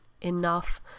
enough